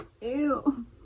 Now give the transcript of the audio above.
Ew